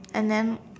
and then